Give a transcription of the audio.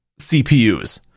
CPUs